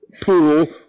pool